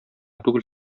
түгел